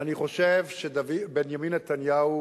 אני חושב שבנימין נתניהו